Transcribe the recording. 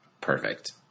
Perfect